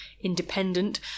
independent